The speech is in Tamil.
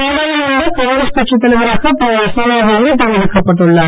நாடாளுமன்ற காங்கிரஸ் கட்சித் தலைவராக திருமதி சோனியாகாந்தி தேர்ந்தெடுக்கப்பட்டு உள்ளார்